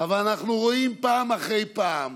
אבל אנחנו רואים פעם אחרי פעם